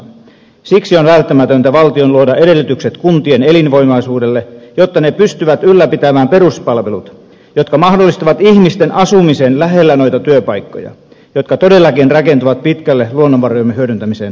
siksi valtion on välttämätöntä luoda edellytykset kuntien elinvoimaisuudelle jotta ne pystyvät ylläpitämään peruspalvelut jotka mahdollistavat ihmisten asumisen lähellä noita työpaikkoja jotka todellakin rakentuvat pitkälle luonnonvarojemme hyödyntämisen varaan